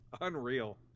Unreal